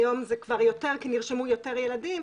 היום זה כבר יותר כי נרשמו יותר ילדים,